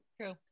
True